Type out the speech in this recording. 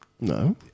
No